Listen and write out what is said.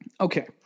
Okay